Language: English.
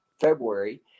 February